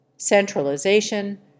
Centralization